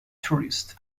tourists